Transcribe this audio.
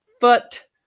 foot